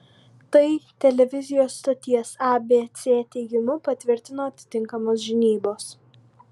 tai televizijos stoties abc teigimu patvirtino atitinkamos žinybos